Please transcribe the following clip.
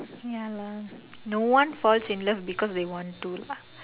ya lah no one falls in love because they want to lah